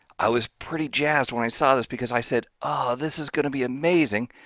i was pretty jazzed when i saw this because i said ah this is going to be amazing.